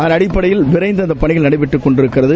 அதன் அடிப்படையில் விரைந்து அந்தப் பணிகள் நடைபெற்றுக் கொண்டிருக்கின்றன